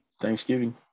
Thanksgiving